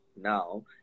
now